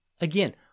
Again